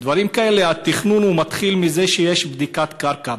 בדברים כאלה, התכנון מתחיל מזה שיש בדיקת קרקע.